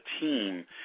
team